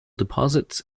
deposits